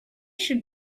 should